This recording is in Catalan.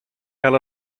cal